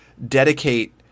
dedicate